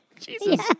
Jesus